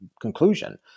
conclusion